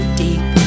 deep